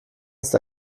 ist